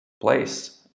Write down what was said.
place